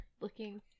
Looking